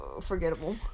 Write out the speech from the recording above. Forgettable